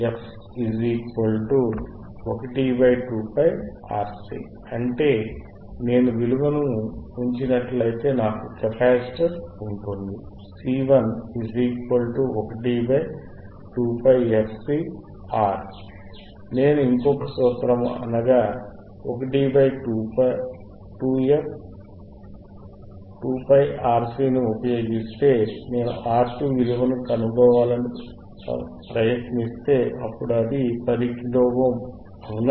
F 1 2πRC అంటే నేను విలువలు ఉంచినట్లయితే నాకు కెపాసిటర్ఉంటుంది C112πfcR నేను ఇంకొక సూత్రము అనగా 1 2πRC ని ఉపయోగిస్తే నేను R2 విలువ కనుక్కోవాలని ప్రయత్నిస్తే అప్పడు అది 10 కిలో ఓమ్ అవునా